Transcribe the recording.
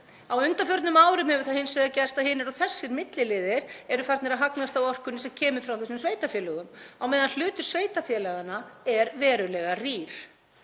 Á undanförnum árum hefur það hins vegar gerst að hinir og þessir milliliðir eru farnir að hagnast á orkunni sem kemur frá þessum sveitarfélögum á meðan hlutur sveitarfélaganna er verulega rýr.